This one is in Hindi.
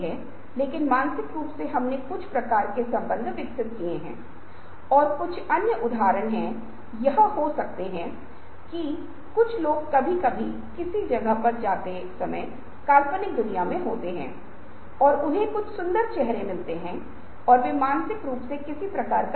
इसका मतलब है वास्तविकताओं का अनुकरण एकमात्र वास्तविकता जो कभी कभी हमारे सामने प्रस्तुत की जाती है क्योंकि मानव में अर्थ खोजने की प्रवृत्ति होती है और जब हम अर्थ की खोज करते हैं तो भाषा या संचार माध्यम जिसके माध्यम से सतह बन जाती है हम किसी परम अर्थ तक पहुँचने की कोशिश करते हैं लेकिन आज की दुनिया में बहुत बार यह सतह ही एकमात्र अर्थ है जो हमारे लिए उपलब्ध है